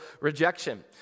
rejection